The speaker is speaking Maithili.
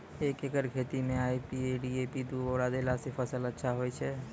एक एकरऽ खेती मे आई.पी.एल डी.ए.पी दु बोरा देला से फ़सल अच्छा होय छै?